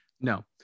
No